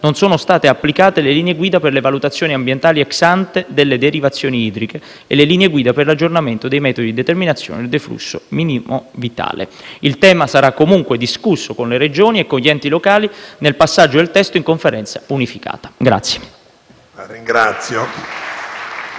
non sono state applicate le linee guida per le valutazioni ambientali *ex ante* delle derivazioni idriche e le linee guida per l'aggiornamento dei metodi di determinazione del deflusso minimo vitale. Il tema sarà comunque discusso con le Regioni e gli enti locali nel passaggio del testo in Conferenza unificata.*(Applausi dal